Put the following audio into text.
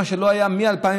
מה שלא היה מ-2014,